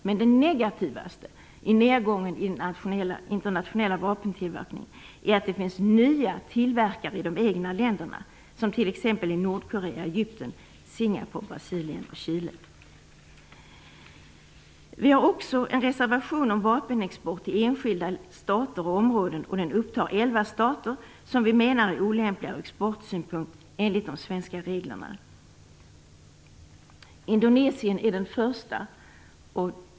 Men den negativaste orsaken till nedgången i den internationella vapentillverkningen är att det finns nya tillverkare i de egna länderna, som t.ex. i Nordkorea och Vi har också en reservation om vapenexport till enskilda stater och områden, och den upptar elva stater, som vi menar är olämpliga ur exportsynpunkt enligt de svenska reglerna. Indonesien är den första.